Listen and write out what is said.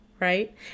Right